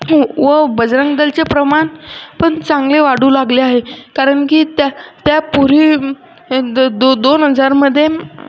की व बजरंग दलचे प्रमाण पण चांगले वाढू लागले आहे कारण की त्या त्या पोरी द दो दो दोन हजारमधे